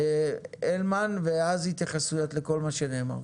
הלמן, ואז התייחסויות למה שנאמר.